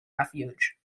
refuge